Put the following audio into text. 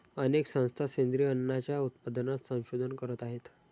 अनेक संस्था सेंद्रिय अन्नाच्या उत्पादनात संशोधन करत आहेत